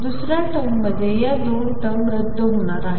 दुसऱ्या टर्ममध्ये या दोन टर्म रद्द होणार आहेत